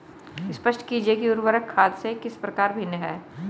स्पष्ट कीजिए कि उर्वरक खाद से किस प्रकार भिन्न है?